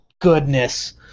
Goodness